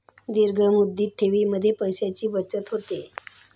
दीर्घ मुदत ठेवीमध्ये पैशांची बचत होते का?